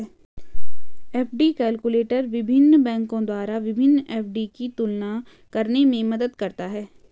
FD calculator विभिन्न बैंकों द्वारा विभिन्न एफ.डी की तुलना करने में मदद करता है